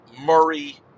Murray